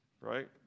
right